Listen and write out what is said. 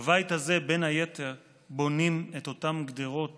בבית הזה, בין היתר, בונים את אותן גדרות